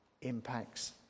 impacts